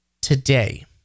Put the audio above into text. today